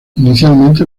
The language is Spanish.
inicialmente